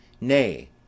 Nay